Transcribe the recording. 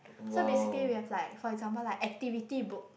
so basically we have like for example like activity book